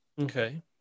Okay